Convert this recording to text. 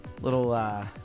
Little